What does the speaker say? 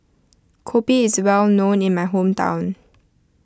Kopi is well known in my hometown